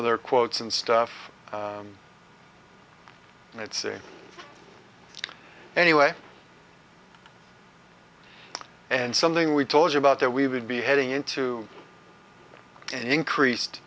of their quotes and stuff and it's in anyway and something we told you about that we would be heading into increased